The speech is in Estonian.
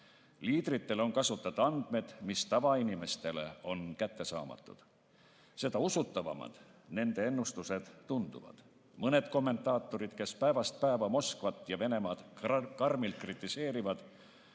Liidritel on kasutada andmed, mis tavainimestele on kättesaamatud. Seda usutavamad nende ennustused tunduvad. Mõned kommentaatorid, kes päevast päeva Moskvat ja Venemaad karmilt kritiseerivad,